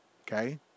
okay